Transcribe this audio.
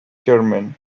german